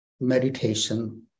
meditation